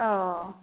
औ